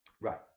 Right